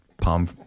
palm